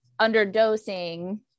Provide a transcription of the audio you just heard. underdosing